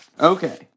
Okay